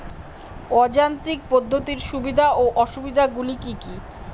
অযান্ত্রিক পদ্ধতির সুবিধা ও অসুবিধা গুলি কি কি?